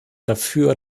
dafür